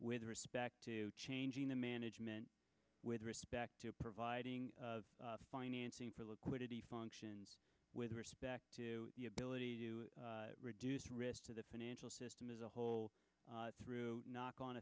with respect to changing the management with respect to providing financing for liquidity functions with respect to the ability to reduce risk to the financial system is a whole through knock on